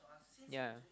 ya